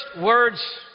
words